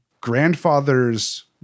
Grandfather's